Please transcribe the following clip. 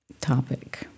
topic